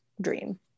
dream